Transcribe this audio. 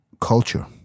culture